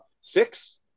six